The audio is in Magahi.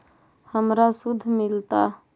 हमरा शुद्ध मिलता?